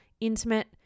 intimate